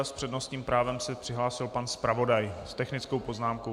S přednostním právem se přihlásil pan zpravodaj s technickou poznámkou.